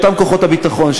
את אותם כוחות הביטחון,